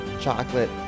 chocolate